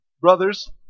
Brothers